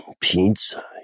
pizza